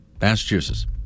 Massachusetts